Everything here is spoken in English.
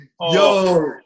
Yo